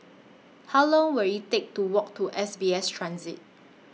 How Long Will IT Take to Walk to S B S Transit